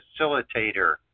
facilitator